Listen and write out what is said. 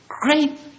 Great